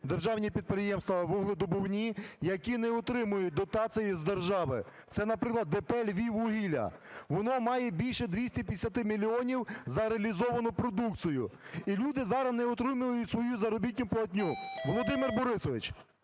державні підприємства вугледобувні, які не отримують дотації з держави, це, наприклад, ДП "Львіввугілля". Воно має більше 250 мільйонів за реалізовану продукцію, і люди зараз не отримують свою заробітна платню. Володимир Борисович!